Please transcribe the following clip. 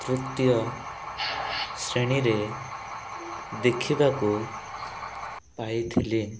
ତୃତୀୟ ଶ୍ରେଣୀରେ ଦେଖିବାକୁ ପାଇଥିଲି